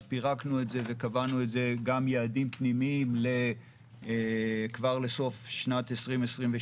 שינויים מבניים כאלה ואחרים.